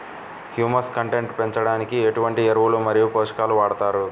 Humus content పెంచడానికి ఎటువంటి ఎరువులు మరియు పోషకాలను వాడతారు?